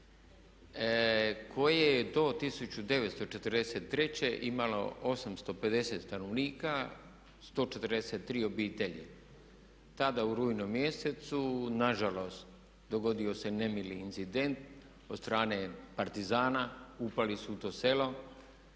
koje je do 1943. imalo 850 stanovnika, 143 obitelji. Tada u rujnu mjesecu na žalost dogodio se nemili incident od strane partizana, upali su u to selo,